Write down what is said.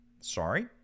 sorry